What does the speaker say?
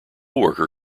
worker